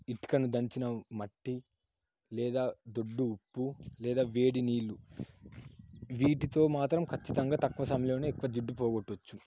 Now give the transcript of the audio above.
ఇటుకను దంచిన మట్టి లేదా దొడ్డు ఉప్పు లేదా వేడి నీళ్ళు వీటితో మాత్రం ఖచ్చితంగా తక్కువ సమయంలోనే ఎక్కువ జిడ్డు పోగొట్టవచ్చు